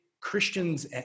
Christians